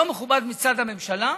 לא מכובד מצד הממשלה,